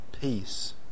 peace